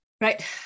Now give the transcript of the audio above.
right